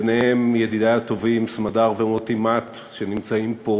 בהם ידידי הטובים סמדר ומוטי מט, שנמצאים פה,